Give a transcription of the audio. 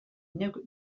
neuk